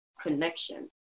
connection